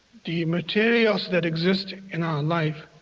the materials that exist in our life,